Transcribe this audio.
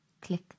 click